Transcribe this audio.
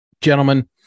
Gentlemen